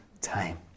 time